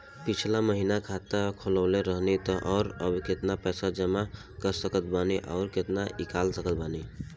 पिछला महीना खाता खोलवैले रहनी ह और अब केतना पैसा जमा कर सकत बानी आउर केतना इ कॉलसकत बानी?